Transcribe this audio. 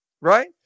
Right